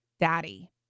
daddy